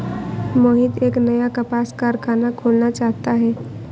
मोहित एक नया कपास कारख़ाना खोलना चाहता है